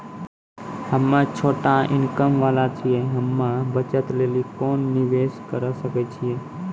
हम्मय छोटा इनकम वाला छियै, हम्मय बचत लेली कोंन निवेश करें सकय छियै?